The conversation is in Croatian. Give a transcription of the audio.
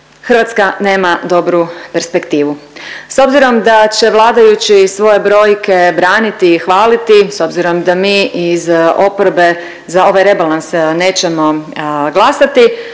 Hrvatska nema dobru perspektivu. S obzirom da će vladajući svoje brojke braniti i hvaliti, s obzirom da mi iz oporbe za ovaj rebalans nećemo glasati,